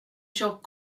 tjock